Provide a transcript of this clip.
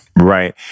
Right